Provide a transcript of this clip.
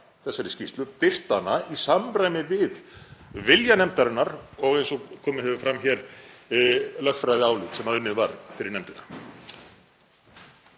þessari skýrslu, birta hana í samræmi við vilja nefndarinnar og, eins og komið hefur fram hér, lögfræðiálit sem unnið var fyrir nefndina?